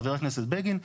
חבר הכנסת בגין,